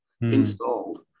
installed